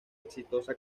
exitosa